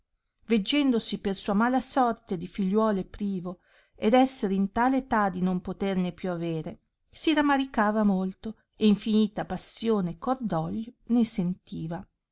veggendosi per sua mala sorte di figliuole privo ed esser in tale età di non poterne più avere si ramaricava molto e infinita passione e cordoglio ne sentiva